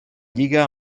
lliga